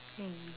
um